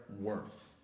worth